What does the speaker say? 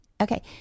Okay